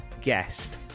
guest